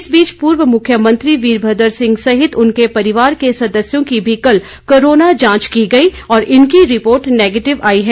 इस बीच पूर्व मुख्यमंत्री वीरभद्र सिंह सहित उनके परिवार के सदस्यों की भी कल कोरोना जांच की गई और इनकी रिपोर्ट निगेटिव आई है